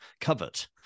covet